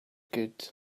good